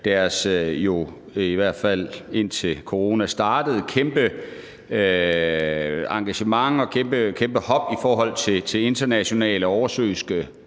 deres, i hvert fald indtil corona startede, kæmpe engagement og kæmpe hub i forhold til internationale oversøiske